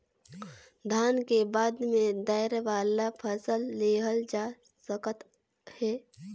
धान के बाद में दायर वाला फसल लेहल जा सकत हे